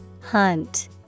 Hunt